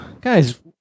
guys